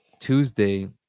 tuesday